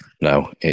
no